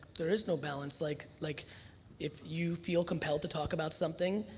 there is no balance. like like if you feel compelled to talk about something,